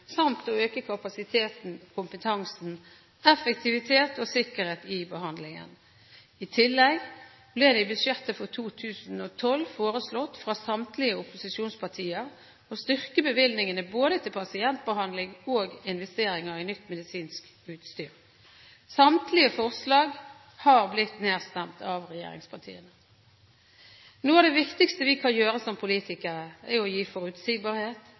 samt å øke kapasitet, kompetanse, effektivitet og sikkerhet i behandlingen. I tillegg ble det i budsjettet for 2012 foreslått, fra samtlige opposisjonspartier, å styrke bevilgningene til både pasientbehandling og investeringer i nytt medisinsk utstyr. Samtlige forslag har blitt nedstemt av regjeringspartiene. Noe av det viktigste vi kan gjøre som politikere, er å gi forutsigbarhet,